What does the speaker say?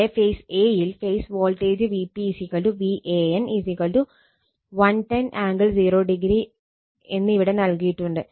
ഇവിടെ phase a യിൽ phase voltage Vp Van 110 angle 0° എന്ന് ഇവിടെ നൽകിയിട്ടുണ്ട്